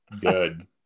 good